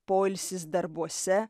poilsis darbuose